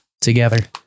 together